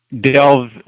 delve